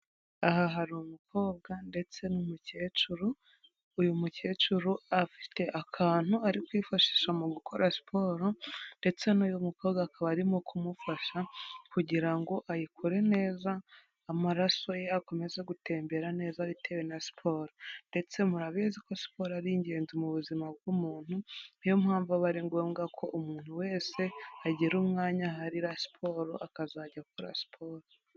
Aha hari umukobwa ndetse n'umukecuru uyu mukecuru afite akantu ari kwifashisha mu gukora siporo ndetse n'uyu mukobwa akaba arimo kumufasha kugirango ayikore neza amaraso ye akomeza gutembera neza bitewe na siporo ndetse murabizi ko siporo ari ingenzi mu buzima bw'umuntu niyo mpamvu aba ari ngombwa ko umuntu wese agira umwanya aharira siporo akazajya akora siporo.